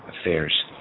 affairs